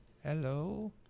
hello